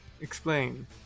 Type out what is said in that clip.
Explain